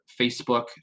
Facebook